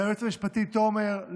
ליועץ המשפטי תומר,